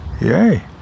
Yay